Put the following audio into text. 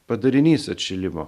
padarinys atšilimo